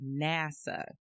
NASA